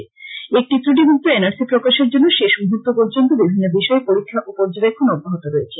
এদিকে একটি ত্রুটিমুক্ত এন আর সি প্রকাশের জন্য শেষ মুহুর্ত পর্যন্ত বিভিন্ন বিষয়ে পরীক্ষা ও পর্যবেক্ষন অব্যহত রয়েছে